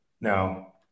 Now